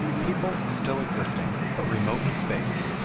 peoples still existing, but remote in space,